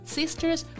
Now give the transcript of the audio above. Sisters